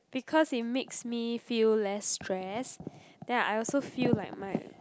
because it makes me feel less stress then I also feel like my